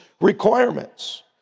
requirements